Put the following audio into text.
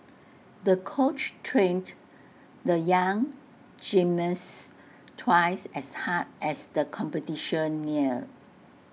the coach trained the young gymnast twice as hard as the competition neared